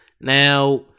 Now